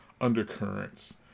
undercurrents